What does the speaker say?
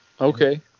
Okay